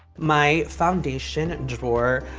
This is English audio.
my foundation drawer,